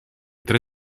tre